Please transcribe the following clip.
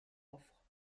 offre